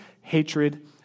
hatred